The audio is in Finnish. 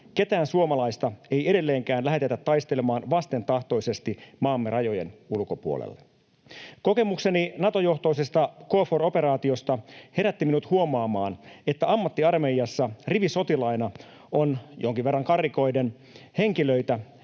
ketään suomalaista ei edelleenkään lähetetä taistelemaan vastentahtoisesti maamme rajojen ulkopuolelle. Kokemukseni Nato-johtoisesta KFOR-operaatiosta herätti minut huomaamaan, että ammattiarmeijassa rivisotilaina on — jonkin verran karrikoiden — henkilöitä,